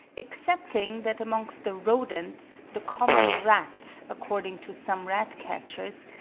excepting that amongst the rodents, the common rat, according to some rat-catchers,